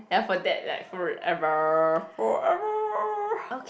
ya for that like forever forever